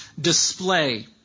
display